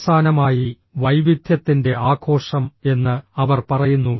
അവസാനമായി വൈവിധ്യത്തിന്റെ ആഘോഷം എന്ന് അവർ പറയുന്നു